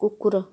କୁକୁର